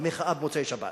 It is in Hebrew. במחאה במוצאי-שבת.